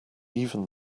even